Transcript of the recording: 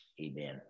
Amen